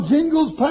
Jingles